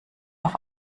auf